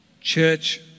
church